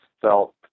felt